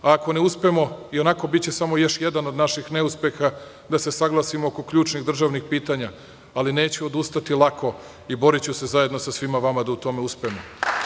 Ako ne uspemo, ionako biće samo još jedan od naših neuspeha da se saglasimo oko ključnih državnih pitanja, ali neću odustati lako i boriću se zajedno sa svima vama da u tome uspemo.